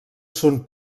son